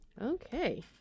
Okay